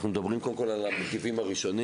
אנחנו מדברים קודם כול על המגיבים הראשונים,